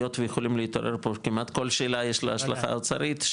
היות ויכולים להתעורר פה כמעט כל שאלה יש לה השלכה אוצרית,